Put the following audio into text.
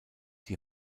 die